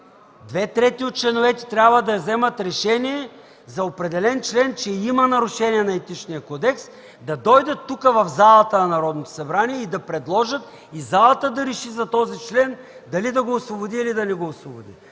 две трети от членовете трябва да вземат решение за определен член, че има нарушение на Етичния кодекс, да дойдат тук, в залата на Народното събрание, да предложат и залата да реши за този член дали да го освободи или не. Тоест